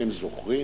אתם זוכרים?